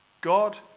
God